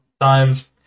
times